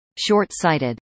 short-sighted